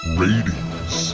ratings